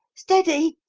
steady!